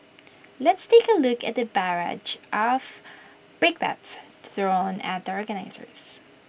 let's take A look at the barrage of brickbats thrown at the organisers